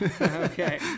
Okay